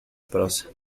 prosa